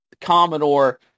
Commodore